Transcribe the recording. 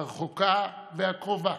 הרחוקה והקרובה.